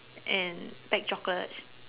and pack chocolates